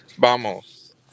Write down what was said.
Vamos